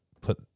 put